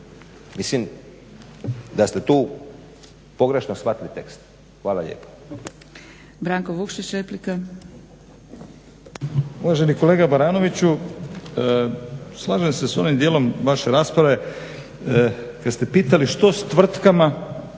Mislim da ste tu pogrešno shvatili tekst. Hvala lijepo.